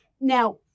Now